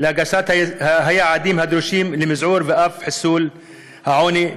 להשגת היעדים הדרושים למזעור ואף לחיסול העוני,